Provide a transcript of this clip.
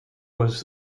was